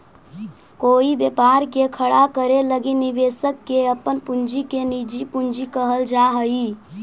कोई व्यापार के खड़ा करे लगी निवेशक के अपन पूंजी के निजी पूंजी कहल जा हई